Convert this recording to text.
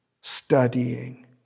studying